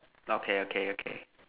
okay okay okay